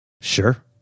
Sure